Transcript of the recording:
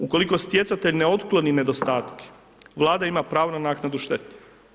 Ukoliko stjecatelj ne otkloni nedostatke, Vlada ima pravo na naknadu štete.